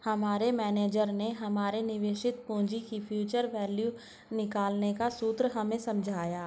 हमारे मेनेजर ने हमारे निवेशित पूंजी की फ्यूचर वैल्यू निकालने का सूत्र हमें समझाया